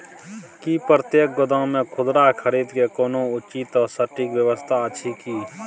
की प्रतेक गोदाम मे खुदरा खरीद के कोनो उचित आ सटिक व्यवस्था अछि की?